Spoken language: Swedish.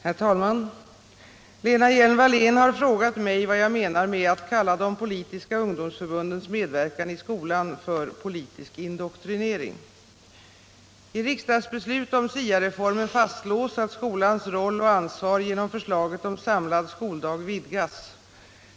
Herr talman! Lena Hjelm-Wallén har frågat mig vad jag menar med att kalla de politiska ungdomsförbundens medverkan i skolan för ”politisk indoktrinering”. I riksdagsbeslut om SIA-reformen fastslås att skolans roll och ansvar genom förslaget om samlad skoldag vidgas.